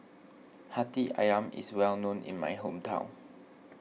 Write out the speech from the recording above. Hati Ayam is well known in my hometown